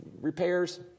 repairs